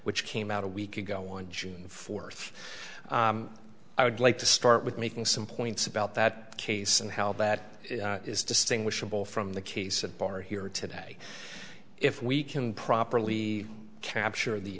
which came out a week ago on june fourth i would like to start with making some points about that case and how that is distinguishable from the case at bar here today if we can properly capture the